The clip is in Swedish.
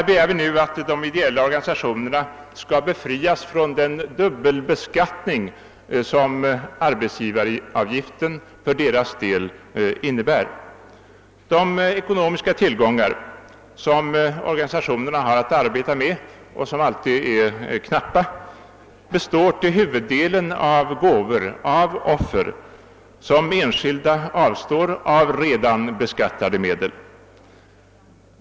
Vi begär nu att de ideella organisationerna skall befrias från den dubbelbeskattning som arbetsgivaravgiften innebär för dem. De ekonomiska tillgångar som organisationerna har att arbeta med och som alltid är knappa består till huvuddelen av gåvor och offer, vilka enskilda avstår från av redan beskattade medel.